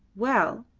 well,